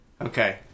Okay